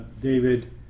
David